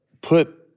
put